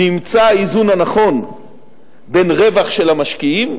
נמצא האיזון הנכון בין הרווח של המשקיעים,